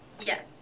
Yes